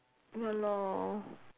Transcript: ya lor